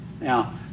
Now